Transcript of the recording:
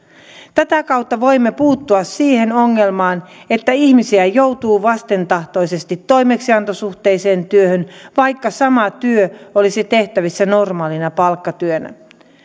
tätä kautta voimme puuttua siihen ongelmaan että ihmisiä joutuu vastentahtoisesti toimeksiantosuhteiseen työhön vaikka sama työ olisi tehtävissä normaalina palkkatyönä